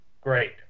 Great